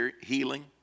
healing